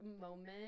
moment